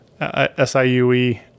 siue